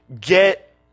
get